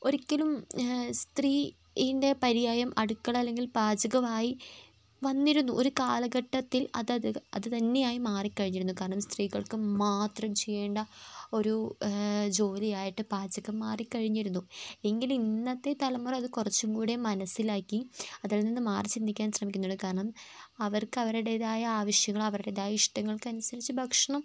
ഒരിക്കലും സ്ത്രീൻ്റെ പര്യായം അടുക്കള അല്ലെങ്കിൽ പാചകമായി വന്നിരുന്നു ഒരു കാലഘട്ടത്തിൽ അത് അത് തന്നെയായി മാറി കഴിഞ്ഞിരുന്നു കാരണം സ്ത്രീകൾക്ക് മാത്രം ചെയ്യേണ്ട ഒരു ജോലിയായിട്ട് പാചകം മാറി കഴിഞ്ഞിരുന്നു എങ്കിലും ഇന്നത്തെ തലമുറ അത് കുറച്ചും കൂടെ മനസ്സിലാക്കി അതിൽ നിന്നും മാറി ചിന്തിക്കാൻ ശ്രമിക്കുന്നുണ്ട് കാരണം അവർക്ക് അവരുടേതായ ആവിശ്യങ്ങൾ അവരുടെതായ ഇഷ്ടങ്ങൾക്ക് അനുസരിച്ച് ഭക്ഷണം